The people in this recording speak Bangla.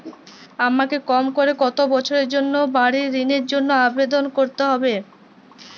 আমাকে কম করে কতো বছরের জন্য বাড়ীর ঋণের জন্য আবেদন করতে হবে?